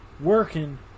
working